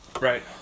Right